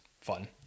fun